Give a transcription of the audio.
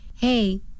hey